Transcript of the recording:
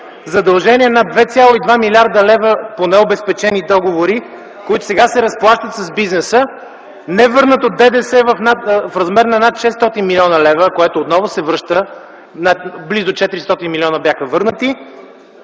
задължения над 2,2 млрд. лв. по необезпечени договори, които сега се разплащат с бизнеса; невърнато ДДС в размер на над 600 млн. лв., което отново се връща, бяха върнати